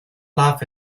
laugh